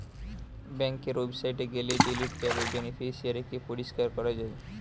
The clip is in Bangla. বেংকের ওয়েবসাইটে গেলে ডিলিট ট্যাবে বেনিফিশিয়ারি কে পরিষ্কার করা যায়